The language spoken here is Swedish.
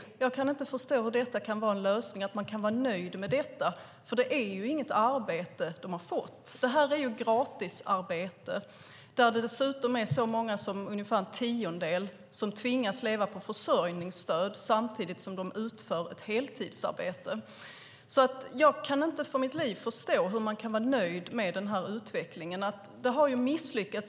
Jag kan inte förstå hur detta kan vara en lösning, att man kan vara nöjd med detta, för det är inget arbete som de har fått. Det här är gratisarbete. Dessutom är det så många som ungefär en tiondel som tvingas leva på försörjningsstöd samtidigt som de utför ett heltidsarbete. Jag kan inte för mitt liv förstå hur man kan vara nöjd med den här utvecklingen. Det har misslyckats.